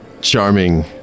charming